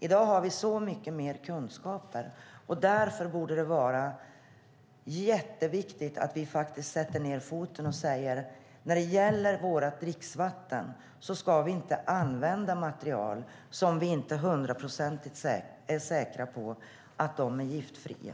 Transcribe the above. I dag har vi så mycket mer kunskaper, och därför borde det vara jätteviktigt att vi faktiskt sätter ned foten och säger att vi när det gäller vårt dricksvatten inte ska använda material vi inte är hundraprocentigt säkra på är giftfria.